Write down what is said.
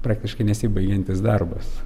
praktiškai nesibaigiantis darbas